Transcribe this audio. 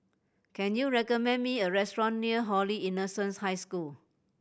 can you recommend me a restaurant near Holy Innocents' High School